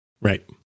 Right